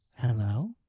Hello